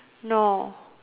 no